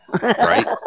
Right